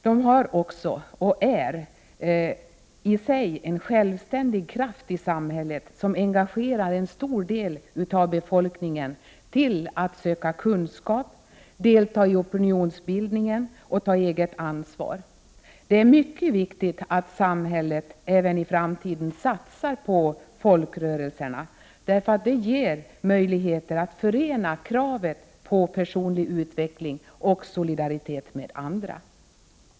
De har varit och är i sig en självständig kraft i samhället som engagerar en stor del av befolkningen till att söka kunskap, delta i opinionsbildningen och ta eget ansvar. Det är mycket viktigt att samhället även i framtiden satsar på folkrörelserna, därför att det ger möjlighet att förena kraven på personlig utveckling och solidaritet med andra.